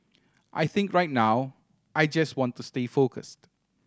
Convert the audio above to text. I think right now I just want to stay focused